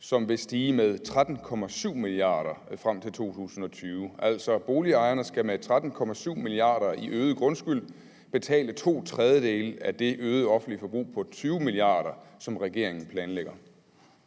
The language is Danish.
som vil stige med 13,7 mia. kr. frem til 2020 – altså, boligejerne skal med 13,7 mia. kr. i øget grundskyld betale to tredjedele af det øgede offentlige forbrug på 20 mia. kr., som regeringen planlægger?